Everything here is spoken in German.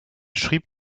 schrieb